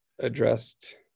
addressed